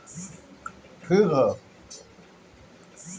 vermi compost, जीवाणुखाद, कृषि अवशेष से खेत कअ माटी के गुण बढ़ावल जा सकत हवे